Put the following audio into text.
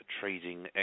trading